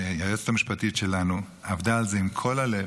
היועצת המשפטית שלנו, עבדה על זה עם כל הלב,